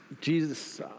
Jesus